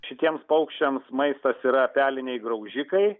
šitiems paukščiams maistas yra peliniai graužikai